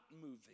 moving